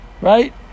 right